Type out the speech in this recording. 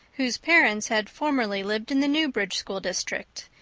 whose parents had formerly lived in the newbridge school district,